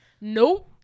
Nope